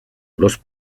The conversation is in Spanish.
los